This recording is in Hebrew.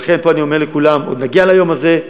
ולכן פה אני אומר לכולם: עוד נגיע ליום הזה,